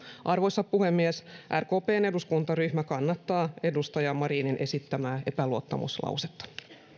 arvoisa puhemies rkpn eduskuntaryhmä kannattaa edustaja marinin esittämää epäluottamuslausetta